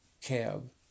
cab